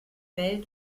welt